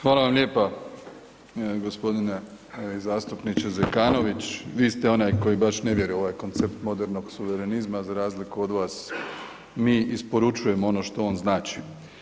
Hvala vam lijepa g. zastupniče Zekanović, vi ste onaj koji baš ne vjeruje u ovaj koncept modernog suverenizma, za razliku od vas mi isporučujemo ono što on znači.